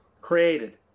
created